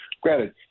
granted